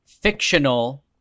fictional